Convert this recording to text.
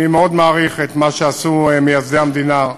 אני מאוד מעריך את מה שעשו מייסדי המדינה,